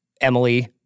emily